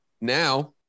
Now-